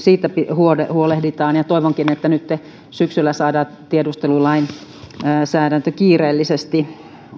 huolehditaan ja toivonkin että nytten syksyllä saadaan tiedustelulainsäädäntö kiireellisesti